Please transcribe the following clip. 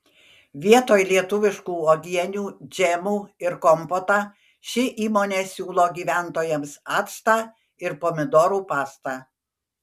vietoj lietuviškų uogienių džemų ir kompotą ši įmonė siūlo gyventojams actą ir pomidorų pastą